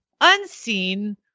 unseen